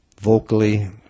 vocally